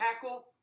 tackle